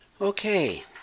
Okay